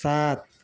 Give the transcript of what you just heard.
सात